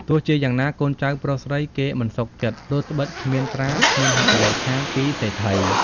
ទោះជាយ៉ាងណាកូនចៅប្រុសស្រីគេមិនសុខចិត្ដ ព្រោះត្បិតគ្មានត្រា គ្មានហត្ថលេខាពីសេដ្ឋី។